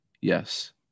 Yes